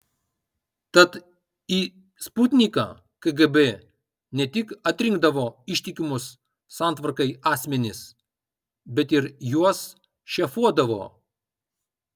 tad į sputniką kgb ne tik atrinkdavo ištikimus santvarkai asmenis bet ir juos šefuodavo